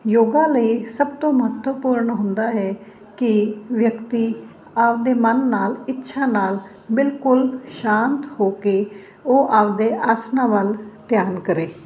ਯੋਗਾ ਲਈ ਸਭ ਤੋਂ ਮਹੱਤਵਪੂਰਨ ਹੁੰਦਾ ਹੈ ਕਿ ਵਿਅਕਤੀ ਆਪਦੇ ਮਨ ਨਾਲ ਇੱਛਾ ਨਾਲ ਬਿਲਕੁਲ ਸ਼ਾਂਤ ਹੋ ਕੇ ਉਹ ਆਪਦੇ ਆਸਣਾਂ ਵੱਲ ਧਿਆਨ ਕਰੇ